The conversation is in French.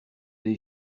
des